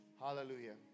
Hallelujah